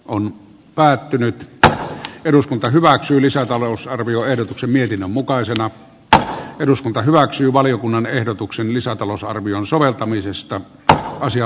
oli päätynyt että eduskunta hyväksyy lisätalousarvioehdotuksen mietinnön mukaisena että eduskunta hyväksyy valiokunnan ehdotuksen lisätalousarvion soveltamisesta ja asia